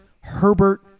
Herbert